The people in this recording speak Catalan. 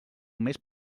més